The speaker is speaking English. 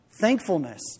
Thankfulness